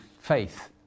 faith